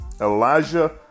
Elijah